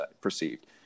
perceived